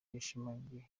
yashimangiye